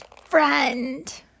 friend